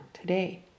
today